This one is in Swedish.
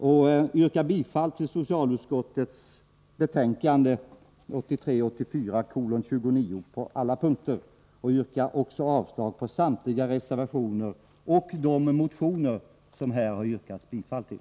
Jag yrkar bifall till socialutskottets hemställan i betänkandet 1983/84:29 på alla punkter och avslag på samtliga reservationer och de motioner som det här har yrkats bifall till.